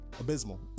abysmal